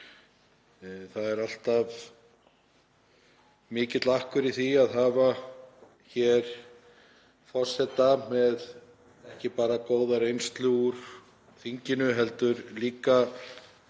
Það er alltaf mikill akkur í því að hafa hér forseta með ekki bara góða reynslu úr þinginu heldur líka